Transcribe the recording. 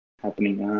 happening